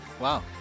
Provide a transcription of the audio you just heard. Wow